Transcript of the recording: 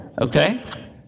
Okay